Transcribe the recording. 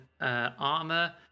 armor